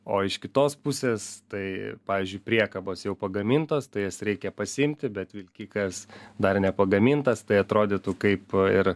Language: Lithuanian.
o iš kitos pusės tai pavyzdžiui priekabos jau pagamintos tai jas reikia pasiimti bet vilkikas dar nepagamintas tai atrodytų kaip ir